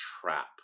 trap